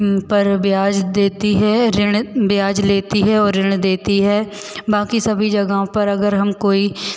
पर ब्याज देती है ऋण ब्याज लेती है और ऋण देती है बाकी सभी जगह पर अगर हम कोई